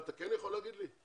אתה כן יכול לומר לי?